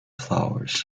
flowers